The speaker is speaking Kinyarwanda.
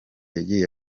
yagiye